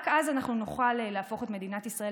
רק אז אנחנו נוכל להפוך את מדינת ישראל